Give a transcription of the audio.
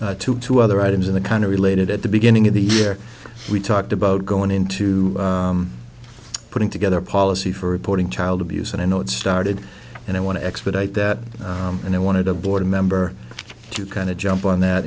comp to two other items in the kind of related at the beginning of the year we talked about going into putting together policy for reporting child abuse and i know it started and i want to expedite that and i wanted a board member to kind of jump on that